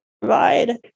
provide